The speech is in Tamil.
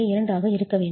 2 ஆக இருக்க வேண்டும்